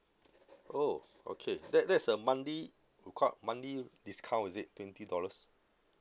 oh okay that that's a monthly you call monthly discount is it twenty dollars